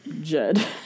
Jed